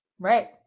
right